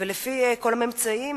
לפי כל הממצאים,